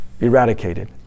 eradicated